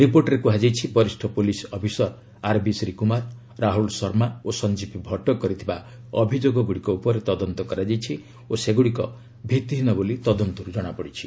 ରିପୋର୍ଟରେ କୁହାଯାଇଛି ବରିଷ୍ଣ police officer R B Sreekumar Rahul Sharma ଓ ସଂଜୀବ ଭଟ୍ଟ କରିଥିବା ଅଭିଯୋଗଗୁଡ଼ିକ ଉପରେ ତଦନ୍ତ କରାଯାଇଛି ଓ ସେଗୁଡ଼ିକ ଭିଭିହୀନ ବୋଲି ତଦନ୍ତର୍ତ୍ରୁ ଜଣାପଡ଼ିଛି